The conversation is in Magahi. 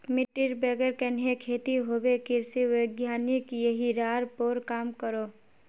मिटटीर बगैर कन्हे खेती होबे कृषि वैज्ञानिक यहिरार पोर काम करोह